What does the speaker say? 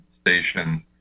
station